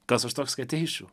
kas aš toks kad teisčiau